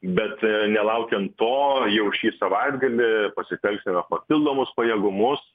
bet nelaukiant to jau šį savaitgalį pasitelksime papildomus pajėgumus